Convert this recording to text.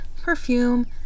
perfume